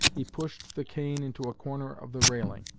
he pushed the cane into a corner of the railing,